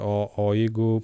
o o jeigu